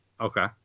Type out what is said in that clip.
Okay